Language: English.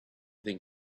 think